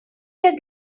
their